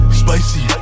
spicy